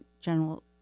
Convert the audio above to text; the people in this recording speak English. general